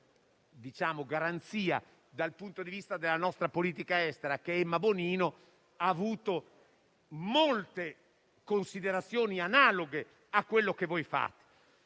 una garanzia dal punto di vista della nostra politica estera, come Emma Bonino, ha avuto molte considerazioni analoghe a quelle che fate.